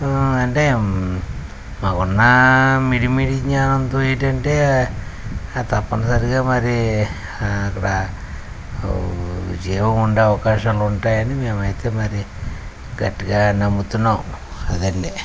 అంటే మాకున్న మిడిమిడి జ్ఞానంతో ఏంటంటే తప్పనిసరిగా మరి అక్కడ జీవం ఉండే అవకాశాలు ఉంటాయని మేమైతే మరి గట్టిగా నమ్ముతున్నాం అదండి